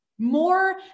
more